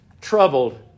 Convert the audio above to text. troubled